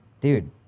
Dude